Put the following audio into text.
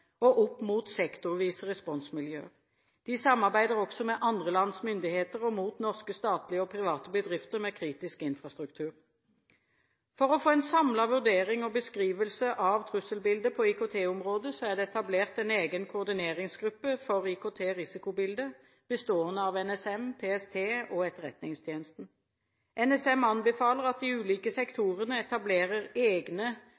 og opp mot sektorvise responsmiljøer. De samarbeider også med andre lands myndigheter og mot norske statlige og private bedrifter med kritisk infrastruktur. For å få en samlet vurdering og beskrivelse av trusselbildet på IKT-området er det etablert en egen koordineringsgruppe for IKT-risikobilde bestående av NSM, PST og Etterretningstjenesten. NSM anbefaler at de ulike